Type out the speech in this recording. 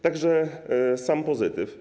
Tak że sam pozytyw.